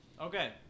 Okay